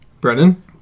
brennan